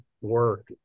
work